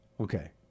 Okay